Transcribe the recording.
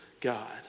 God